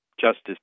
Justice